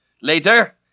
Later